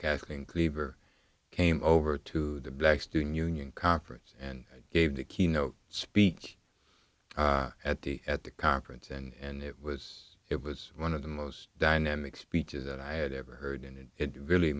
kathleen cleaver came over to the black student union conference and gave the keynote speech at the at the conference and it was it was one of the most dynamic speeches that i had ever heard and it really